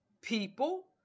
people